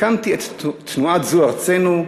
הקמתי את תנועת "זו ארצנו",